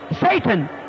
Satan